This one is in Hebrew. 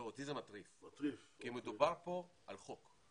לא, אותי זה מטריף כי מדובר פה על חוק.